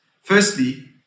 Firstly